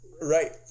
Right